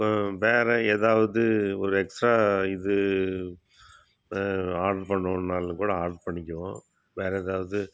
வேற எதாவது ஒரு எக்ஸ்ட்ரா இது ஆர்டர் பண்ணனுனாலும்கூட ஆர்டர் பண்ணிக்குவோம் வேற எதாவது